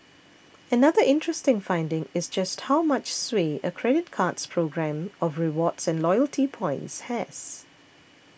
another interesting finding is just how much sway a credit card's programme of rewards and loyalty points has